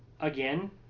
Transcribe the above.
again